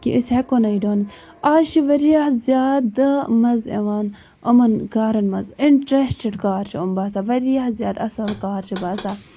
کہِ أسی ہٮ۪کَو نہٕ یہِ ڈٲنِتھ آز چھِ واریاہ زیادٕ مَزٕ یِوان یِمَن کارَن منز اِنٹرَسٹٔڈ کار چھِ یِم باسان واریاہ زیادٕ اَصٕل کار چھِ باسان